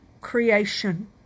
creation